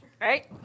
right